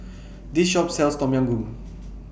This Shop sells Tom Yam Goong